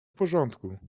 porządku